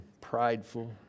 prideful